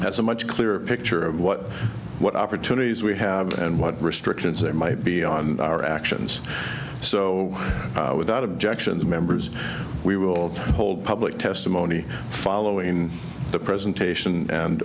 has a much clearer picture of what what opportunities we have and what restrictions there might be on our actions so without objections members we will hold public testimony following the presentation and